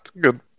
good